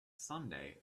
sunday